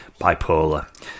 bipolar